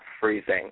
freezing